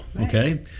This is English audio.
okay